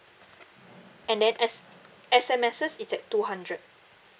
and then S S_M_Ss is at two hundred